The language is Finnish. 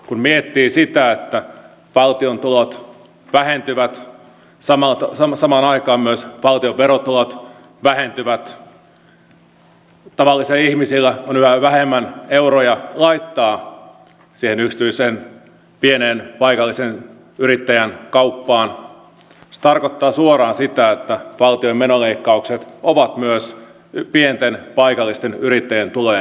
kun miettii sitä että valtion tulot vähentyvät samaan aikaan myös valtion verotulot vähentyvät tavallisilla ihmisillä on yhä vähemmän euroja laittaa siihen yksityiseen pieneen paikallisen yrittäjän kauppaan se tarkoittaa suoraan sitä että valtion menoleikkaukset ovat myös pienten paikallisten yrittäjien tulojen leikkauksia